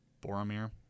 Boromir